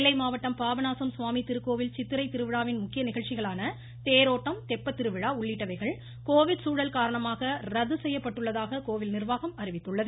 நெல்லை மாவட்டம் பாபநாசம் சுவாமி திருக்கோவில் சித்திரைத் திருவிழாவின் முக்கிய நிகழ்ச்சிகளான தேரோட்டம் தெப்பத்திருவிழா உள்ளிட்டவைகள் கோவிட் சூழல் காரணமாக ரத்து செய்யப்பட்டுள்ளதாக கோவில் நிர்வாகம் அறிவித்துள்ளது